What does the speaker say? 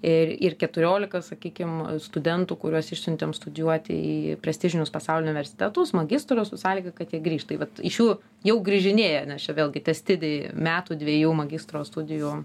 ir ir keturiolika sakykim studentų kuriuos išsiuntėm studijuoti į prestižinius pasaulio universitetus magistro su sąlyga kad jie grįš tai vat iš jų jau grįžinėja nes čia vėlgi tęstiniai metų dvejų magistro studijų